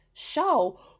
show